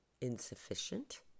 insufficient